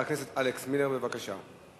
אנחנו נעבור להצעת החוק הבאה שעל סדר-היום,